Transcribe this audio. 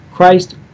Christ